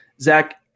Zach